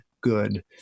good